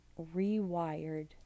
rewired